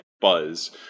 buzz